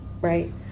right